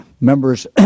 members